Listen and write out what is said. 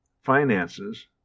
finances